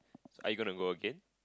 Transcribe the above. are you gonna go again